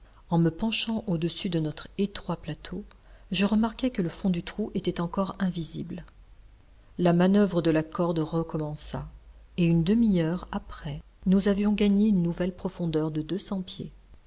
en me penchant au-dessus de notre étroit plateau je remarquai que le fond du trou était encore invisible la manoeuvre de la corde recommença et une demi-heure après nous avions gagné une nouvelle profondeur de deux cents pieds